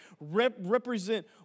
represent